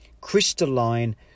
Crystalline